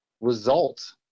result